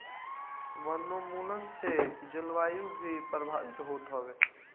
वनोंन्मुलन से जलवायु भी प्रभावित होत हवे